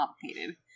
complicated